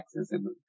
accessible